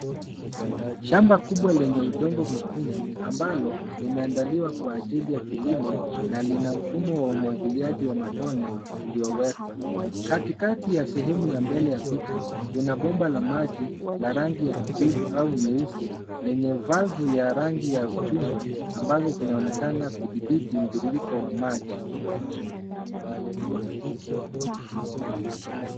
Shamba kubwa lenye udongo mwekundu, ambalo limeandaliwa kwa ajili ya kilimo, na lina mfumo wa umwagiliaji wa matone uliowekwa. Katikati ya sehemu ya mbele ya picha, kuna bomba la maji la rangi ya kijivu au nyeusi, lenye valve ya rangi ya chungwa, ambazo zinaonekana kudhibiti mtiririko wa maji.